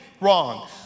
wrong